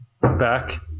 Back